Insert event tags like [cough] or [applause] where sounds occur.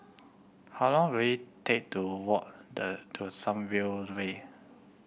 how long will it take to walk [unintelligible] to Sunview Way